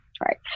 Right